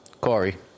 Corey